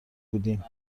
بودیم